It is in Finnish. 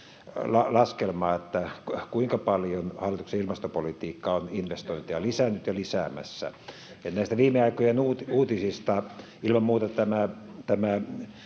laskelmaa, kuinka paljon hallituksen ilmastopolitiikka on investointeja lisännyt ja lisäämässä. Näistä viime aikojen uutisista ilman muuta tämä